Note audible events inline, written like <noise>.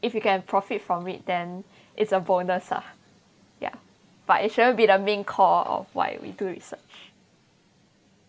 if you can profit from it then <breath> it's a bonus ah ya but it shouldn't be the main core of why we do research